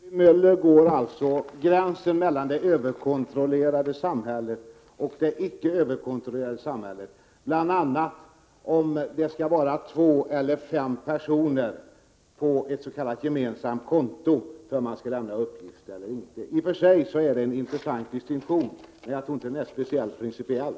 Herr talman! Mycket kort: För Ewy Möller går alltså gränsen mellan det överkontrollerade samhället och det icke överkontrollerade samhället bl.a. vid om det skall vara två eller fem personer på ett s.k. gemensamt konto för att man skall lämna uppgift eller inte. I och för sig är det en intressant distinktion, men jag tror inte den är speciellt principiell.